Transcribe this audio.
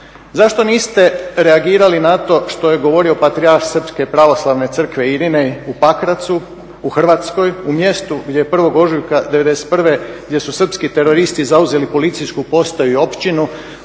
Zašto niste reagirali na to što je govorio patrijarh srpske pravoslavne crkve Irinej u Pakracu, u Hrvatskoj, u mjestu gdje je 1. ožujka '91. gdje su srpski teroristi zauzeli policijsku postaju i općinu